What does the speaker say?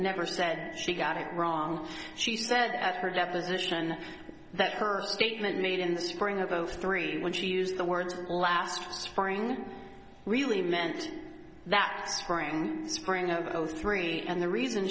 never said she got it wrong she said at her deposition that her statement made in the spring of zero three when she used the words last spring really meant that spring spring over those three and the reason